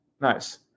Nice